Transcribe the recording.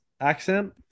accent